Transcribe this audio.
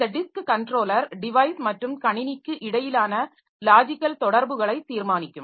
ஒரு disk controller device மற்றும் கணினிக்கு இடையிலான லாஜிக்கல் தொடர்புகளை தீர்மானிக்கும்